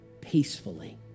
peacefully